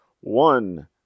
one